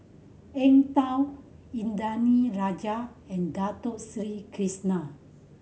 Eng Tow Indranee Rajah and Dato Sri Krishna